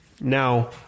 Now